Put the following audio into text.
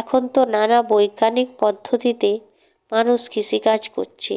এখন তো নানা বৈজ্ঞানিক পদ্ধতিতে মানুষ কৃষিকাজ করছে